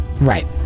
Right